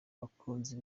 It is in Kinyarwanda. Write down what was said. abakunzi